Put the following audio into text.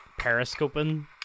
periscoping